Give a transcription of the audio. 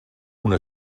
una